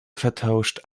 vertauscht